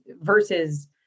versus